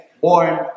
born